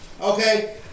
Okay